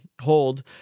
hold